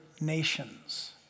nations